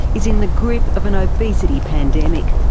is in the grip of an obesity pandemic.